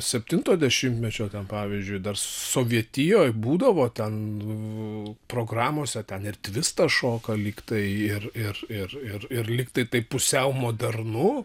septinto dešimtmečio ten pavyzdžiui dar sovietijoj būdavo ten programose ten ir tvistą šoka lyg tai ir ir ir ir ir lyg tai taip pusiau modernu